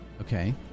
Okay